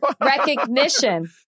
recognition